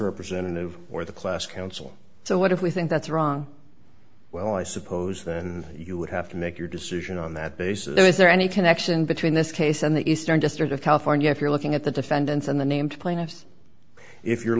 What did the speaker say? representative or the class council so what if we think that's wrong well i suppose then you would have to make your decision on that basis there is there any connection between this case and the eastern district of california if you're looking at the defendants and the named plaintiffs if you're